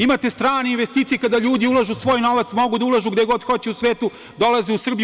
Imate strane investicije, kada ljudi ulažu svoj novac, mogu da ulažu gde god hoće u svetu, dolaze u Srbiju.